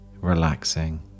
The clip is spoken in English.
relaxing